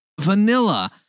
vanilla